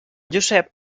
josep